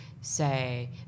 say